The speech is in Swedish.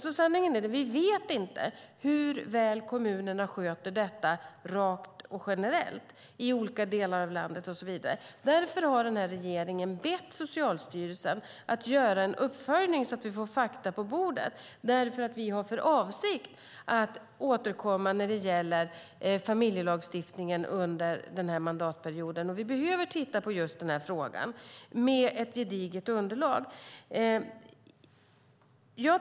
Sanningen är att vi inte vet hur väl kommunerna generellt sköter detta i olika delar av landet. Därför har den här regeringen bett Socialstyrelsen att göra en uppföljning, så att vi får fakta på bordet, för vi har för avsikt att återkomma under den här mandatperioden när det gäller familjelagstiftningen, och då behöver vi titta på just den här frågan med ett gediget underlag.